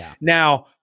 Now